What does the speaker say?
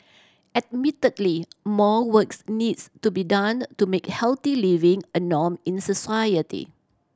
admittedly more works needs to be done to make healthy living a norm in society